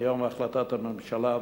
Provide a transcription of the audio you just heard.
מיום החלטת הממשלה,